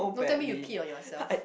don't tell me you pee on yourself